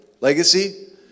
legacy